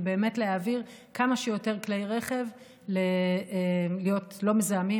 להעביר כמה שיותר כלי רכב להיות לא מזהמים,